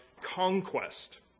conquest